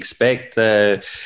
expect